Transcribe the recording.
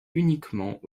uniquement